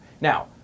Now